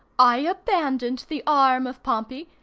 i abandoned the arm of pompey,